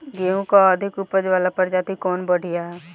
गेहूँ क अधिक ऊपज वाली प्रजाति कवन बढ़ियां ह?